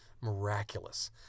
miraculous